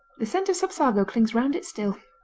the scent of sapsago clings round it still.